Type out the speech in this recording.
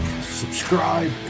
subscribe